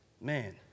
man